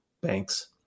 banks